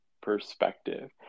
perspective